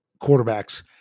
quarterbacks